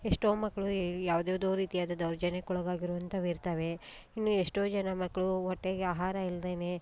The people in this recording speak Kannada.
ಎಷ್ಟೋ ಮಕ್ಳು ಯಾವ್ದು ಯಾವುದೋ ರೀತಿಯಾದ ದೌರ್ಜನ್ಯಕ್ಕೆ ಒಳಗಾಗಿರುವಂಥವು ಇರ್ತವೆ ಇನ್ನು ಎಷ್ಟೋ ಜನ ಮಕ್ಳು ಹೊಟ್ಟೆಗೆ ಆಹಾರ ಇಲ್ಲದೇನೆ